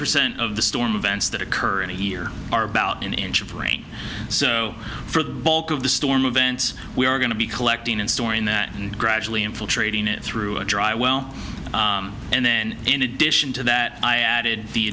percent of the storm events that occur in a year are about an inch brain so for the bulk of this storm of events we are going to be collecting and storing that and gradually infiltrating it through a dry well and then in addition to that i added the